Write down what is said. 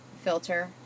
filter